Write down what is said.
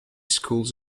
schools